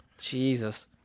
jesus